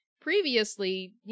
previously